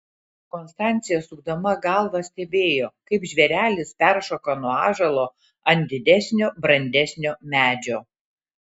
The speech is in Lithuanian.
konstancija sukdama galvą stebėjo kaip žvėrelis peršoka nuo ąžuolo ant didesnio brandesnio medžio